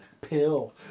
pill